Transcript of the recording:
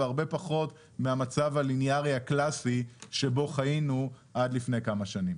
והרבה פחות מהמצב הלינארי הקלאסי שבו חיינו עד לפני כמה שנים.